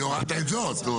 כי הורדת את זאת.